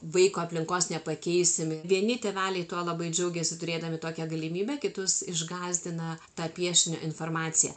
vaiko aplinkos nepakeisim vieni tėveliai tuo labai džiaugiasi turėdami tokią galimybę kitus išgąsdina ta piešinio informacija